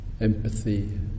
empathy